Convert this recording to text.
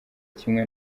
kimwe